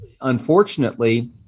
unfortunately